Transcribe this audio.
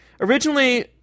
originally